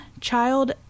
child